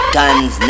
guns